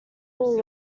war